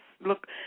look